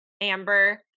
amber